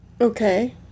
Okay